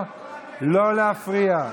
לא להפריע,